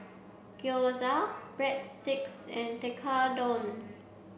Gyoza Breadsticks and Tekkadon